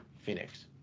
phoenix